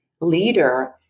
leader